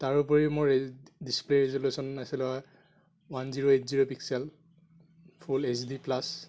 তাৰোপৰি মোৰ display resolution আছিলে one zero eight zero pixel full H D plus